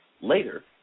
later